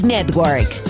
Network